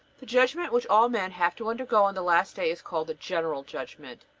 the judgment which all men have to undergo on the last day is called the general judgment.